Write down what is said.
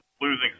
losing